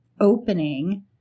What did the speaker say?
opening